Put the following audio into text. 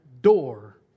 door